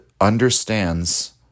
understands